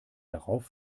darauf